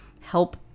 help